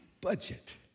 budget